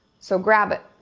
so, grab it.